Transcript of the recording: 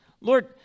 Lord